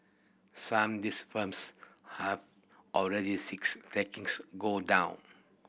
some these firms have already six takings go down